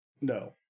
No